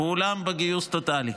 כולם בגיוס טוטלי.